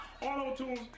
auto-tunes